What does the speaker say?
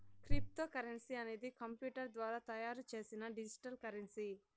cryptocurrency అనేది computer ద్వారా తయారు చేసిన డిజిటల్ కరెన్సీ